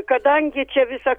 kadangi čia visa